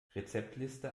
rezeptliste